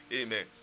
Amen